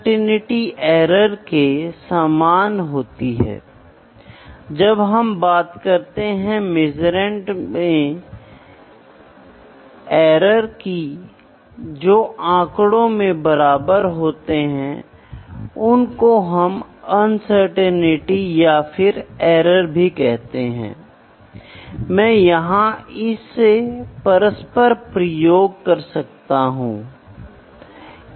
एक विशिष्ट उदाहरण यहाँ एक वर्नियर कैलिपर है जिसका उपयोग किया जाता है डिजिटल वर्नियर कैलिपर का उपयोग शाफ्ट की लंबाई या उपकरण की लंबाई को मापने के लिए किया जाता है यह मानते हुए कि 2 गियर हैं जो एक दूसरे के साथ ब्यूटेड हैं और आपको लंबाई को मापना होगा जैसे कि आपको इसके अंदर एक शाफ़्ट लगाना होगा